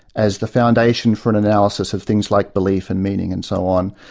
as the foundation for an analysis of things like belief and meaning and so on,